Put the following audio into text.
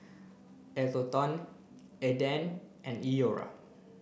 Atherton Aden and Iora